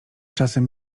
czasem